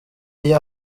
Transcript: iyo